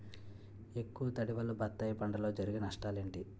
ఎక్కువ తడి వల్ల బత్తాయి పంటలో జరిగే నష్టాలేంటి?